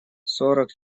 сорок